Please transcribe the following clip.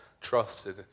trusted